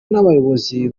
n’abayobozi